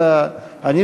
אני,